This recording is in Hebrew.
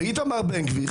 ואיתמר בן גביר,